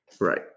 Right